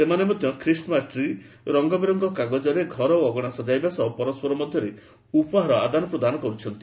ସେମାନେ ମଧ୍ୟ Christmas tree ରଙ୍ଗବେରଙ୍ଗ କାଗଜରେ ଘର ଓ ଅଗଣା ସଜାଇବା ସହ ପରସ୍କର ମଧ୍ୟରେ ଉପହାର ଆଦାନପ୍ରଦାନ କରୁଛନ୍ତି